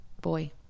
boy